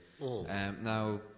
Now